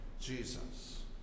Jesus